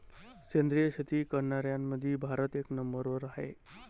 सेंद्रिय शेती करनाऱ्याईमंधी भारत एक नंबरवर हाय